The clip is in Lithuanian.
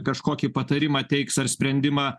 kažkokį patarimą teiks ar sprendimą